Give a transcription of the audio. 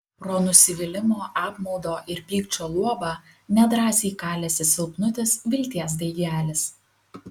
pro nusivylimo apmaudo ir pykčio luobą nedrąsiai kalėsi silpnutis vilties daigelis